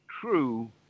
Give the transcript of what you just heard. true